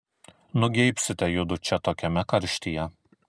nugeibsite judu čia tokiame karštyje